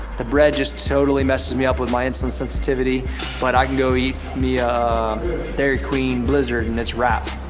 the bread just totally messes me up with my insulin sensitivity but i can go eat me a dairy queen blizzard and it's rap.